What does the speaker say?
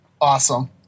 Awesome